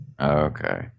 Okay